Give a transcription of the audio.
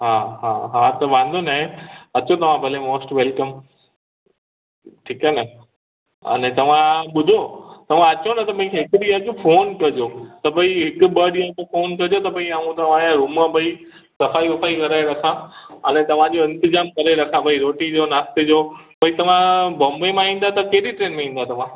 हा हा हा त वांदो नाहे अचो तव्हां भले मोस्ट वेलकम ठीकु आहे न अने तव्हां ॿुधो तव्हां अचो न त मूंखे हिकु ॾींहुं अॻु फ़ोन कजो त भई हिकु ॿ ॾींहुं फ़ोन कजो त भई ऐं तव्हांजा रुम भई सफ़ाई वफ़ाई कराए रखां अने तव्हांजो इंतज़ामु करे रखां भई रोटी जो नाश्ते जो भई तव्हां बोंबे मां ईंदा त कहिड़ी ट्रेन में ईंदा तव्हां